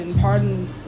Pardon